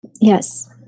Yes